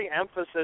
emphasis